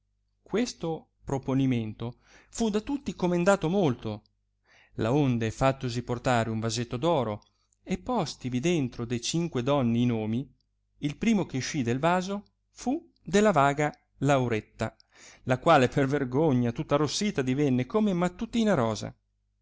questo proponimento fu da tutti comendato molto laonde fattosi portare un vasetto d'oro e postivi dentro de cinque donne i nomi il primo che uscì del vaso fu quello della vaga lauretta la quale per vergogna tutta arrossita divenne come mattutina rosa